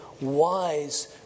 wise